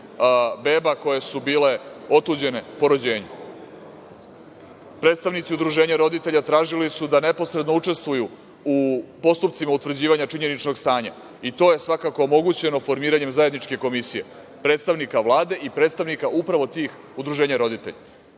beba koje su bile otuđene po rođenju. Predstavnici udruženja roditelja tražili su da neposredno učestvuju u postupcima utvrđivanja činjeničnog stanja i to je svakako omogućeno formiranjem zajedničke komisije predstavnika Vlade i predstavnika upravo tih udruženja roditelja. Mislim